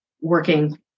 working